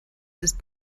ist